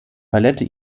palette